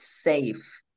safe